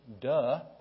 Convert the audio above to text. Duh